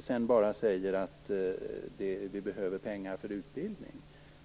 sedan bara säger att vi behöver pengar för utbildning?